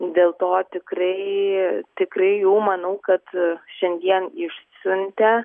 dėl to tikrai tikrai jau manau kad šiandien išsiuntę